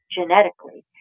genetically